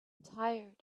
tired